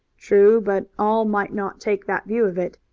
true, but all might not take that view of it.